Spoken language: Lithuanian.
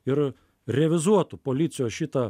ir revizuotų policijos šitą